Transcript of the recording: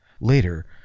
Later